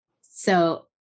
So-